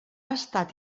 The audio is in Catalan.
estat